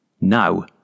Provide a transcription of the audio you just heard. Now